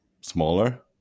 smaller